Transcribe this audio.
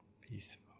peaceful